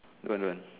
don't want don't want